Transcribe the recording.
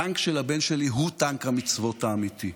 הטנק של הבן שלי הוא טנק המצוות האמיתי.